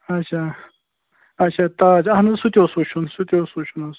اَچھا اَچھا تاج اَہَن حظ سُہ تہِ اوس وُچھُن سُہ تہِ اوس وُچھُن حظ